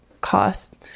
cost